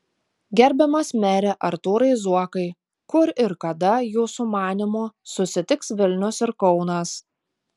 gerbiamas mere artūrai zuokai kur ir kada jūsų manymu susitiks vilnius ir kaunas